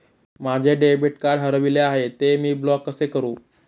माझे debit card हरविले आहे, ते मी ब्लॉक कसे करु?